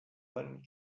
one